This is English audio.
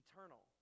Eternal